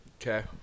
Okay